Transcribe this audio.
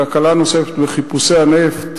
להקלה נוספת בחיפושי הנפט,